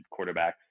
quarterbacks